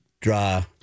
Draw